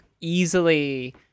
easily